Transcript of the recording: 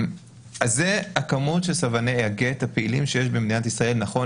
זו כמות של סרבני הגט הפעילים שיש במדינת ישראל נכון